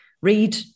read